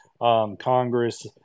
Congress